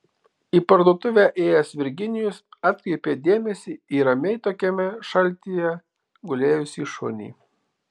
į parduotuvę ėjęs virginijus atkreipė dėmesį į ramiai tokiame šaltyje gulėjusį šunį